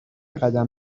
قدم